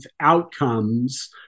outcomes